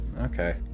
Okay